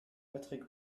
patrick